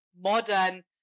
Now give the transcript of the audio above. modern